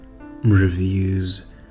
reviews